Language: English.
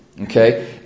Okay